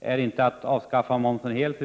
är inte att avskaffa momsen helt.